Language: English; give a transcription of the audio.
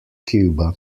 cuba